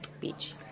Beach